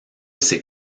ses